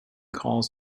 calls